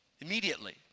immediately